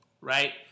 right